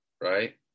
Right